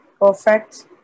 Perfect